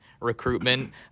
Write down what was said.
recruitment